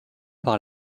par